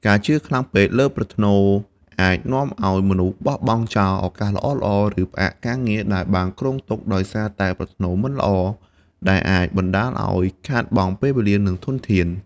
ការជឿខ្លាំងពេកលើប្រផ្នូលអាចនាំឱ្យមនុស្សបោះបង់ចោលឱកាសល្អៗ ឬផ្អាកការងារដែលបានគ្រោងទុកដោយសារតែប្រផ្នូលមិនល្អ ដែលអាចបណ្តាលឱ្យខាតបង់ពេលវេលា និងធនធាន។